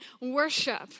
worship